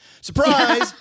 surprise